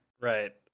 right